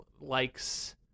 likes